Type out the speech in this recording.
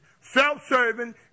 self-serving